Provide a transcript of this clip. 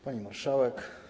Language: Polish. Pani Marszałek!